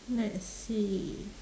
let's see